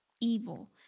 evil